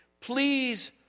please